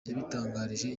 yabitangarije